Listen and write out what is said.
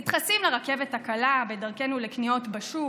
נדחסים לרכבת הקלה בדרכנו לקניות בשוק,